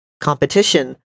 competition